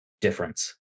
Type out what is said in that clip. difference